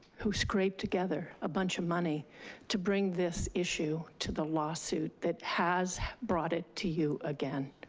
who scraped together a bunch of money to bring this issue to the lawsuit that has brought it to you again.